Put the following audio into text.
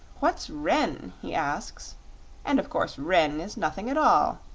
what's ren? he asks and of course ren is nothing at all,